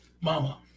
Mama